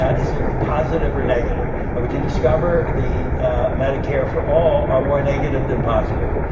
ah is it positive or negative? that would you discover the medicare for all are more negative than positive?